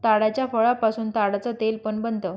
ताडाच्या फळापासून ताडाच तेल पण बनत